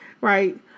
right